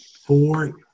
four